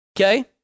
Okay